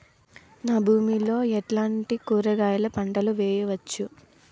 నా భూమి లో ఎట్లాంటి కూరగాయల పంటలు వేయవచ్చు?